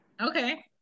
Okay